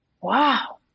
wow